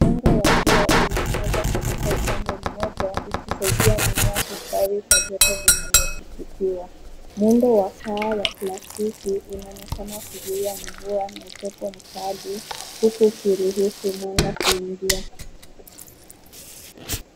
Mwanga wa jua unaangaza kutoka upande mmoja ikisaidia mimea kustawi kwa joto linaloipitia. Muundo wa paa la plastiki unaonekana ukizuia mvua na joto kali huku ukiruhusu mwanga kuingia.